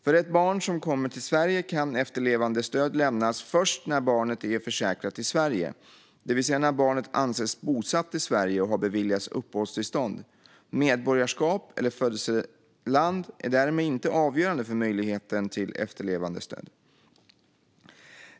För ett barn som kommer till Sverige kan efterlevandestöd lämnas först när barnet är försäkrat i Sverige, det vill säga när barnet anses bosatt i Sverige och har beviljats uppehållstillstånd. Medborgarskap eller födelseland är därmed inte avgörande för möjligheten till efterlevandestöd.